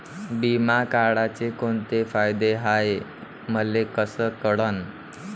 बिमा काढाचे कोंते फायदे हाय मले कस कळन?